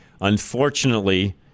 unfortunately